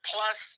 Plus